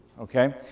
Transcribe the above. okay